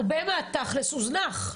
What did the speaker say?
הרבה מהתכלס הוזנח.